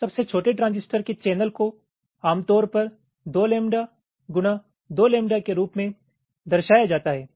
सबसे छोटे ट्रांजिस्टर के चैनल को आमतौर पर 2 लैम्बडा गुणा 2 लैम्बडा के रूप में दर्शाया जाता है